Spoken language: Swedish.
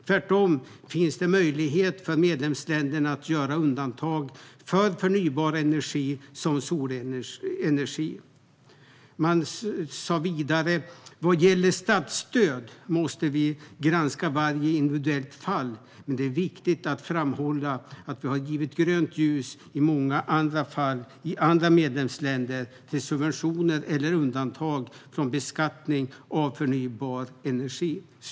Tvärtom finns det möjlighet för medlemsländerna att göra undantag för förnybar energi som solenergi". Man sa vidare: "Vad gäller statsstöd måste vi granska varje individuellt fall, men det är viktigt att framhålla att vi har givit grönt ljus i många andra fall i andra medlemsländer till subventioner eller undantag från beskattning av förnybar energi."